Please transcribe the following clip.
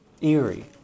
eerie